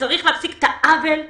וצריך להפסיק את העוול,